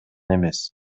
эмес